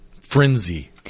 frenzy